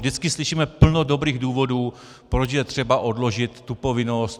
Vždycky slyšíme plno dobrých důvodů, proč je třeba odložit tu povinnost.